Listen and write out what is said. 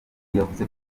yavuze